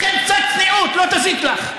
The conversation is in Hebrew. לכן, קצת צניעות לא תזיק לך.